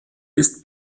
ist